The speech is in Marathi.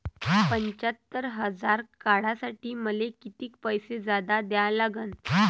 पंच्यात्तर हजार काढासाठी मले कितीक पैसे जादा द्या लागन?